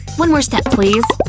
one more step please.